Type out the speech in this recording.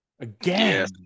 again